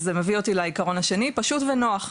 אז זה מביא אותי לעיקרון השני פשוט ונוח.